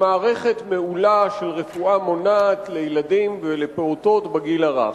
כמערכת מעולה של רפואה מונעת לילדים ולפעוטות בגיל הרך.